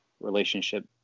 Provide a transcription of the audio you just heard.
relationship